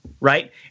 right